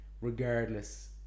regardless